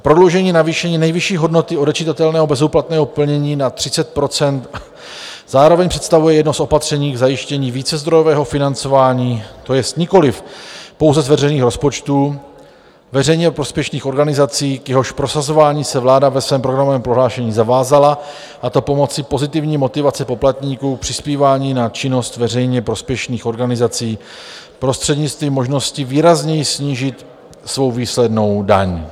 Prodloužení navýšení nejvyšší hodnoty odečitatelného bezúplatného plnění na 30 % zároveň představuje jedno z opatření k zajištění vícezdrojového financování, to jest nikoliv pouze z veřejných rozpočtů veřejně prospěšných organizací, k jehož prosazování se vláda ve svém programovém prohlášení zavázala, a to pomocí pozitivní motivace poplatníků k přispívání na činnost veřejně prospěšných organizací prostřednictvím možnosti výrazněji snížit svou výslednou daň.